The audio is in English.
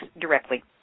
directly